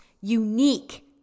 unique